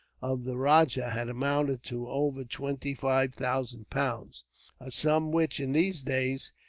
of the rajah, had amounted to over twenty-five thousand pounds a sum which, in these days,